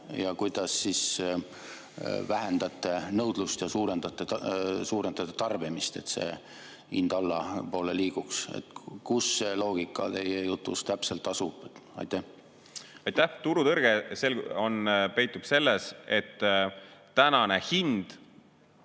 kuidas vähendate nõudlust ja suurendate tarbimist, et see hind allapoole liiguks. Kus see loogika teie jutus täpselt asub? Aitäh! Turutõrge peitub selles, et tänane hind